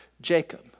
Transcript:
Jacob